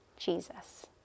Jesus